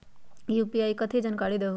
UPI कथी है? जानकारी दहु